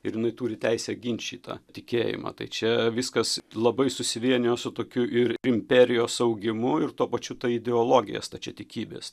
ir jinai turi teisę gint šitą tikėjimą tai čia viskas labai susivienijo su tokiu ir imperijos augimu tuo pačiu ta ideologija stačiatikybės